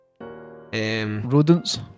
Rodents